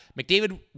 McDavid